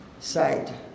side